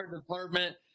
department